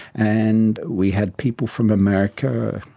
and we had people from america,